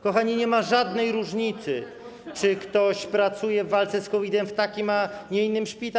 Kochani, nie ma żadnej różnicy, czy ktoś pracuje w walce z COVID-em w takim, a nie innym szpitalu.